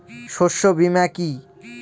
শস্য বীমা কি?